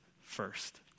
first